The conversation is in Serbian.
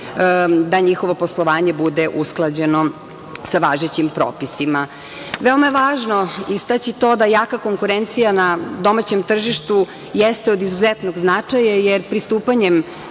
da njihovo poslovanje bude usklađeno sa važećim propisima. Veoma je važno istaći to da jaka konkurencija na domaćem tržištu jeste od izuzetnog značaja, jer pristupanjem